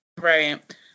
Right